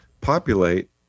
populate